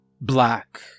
black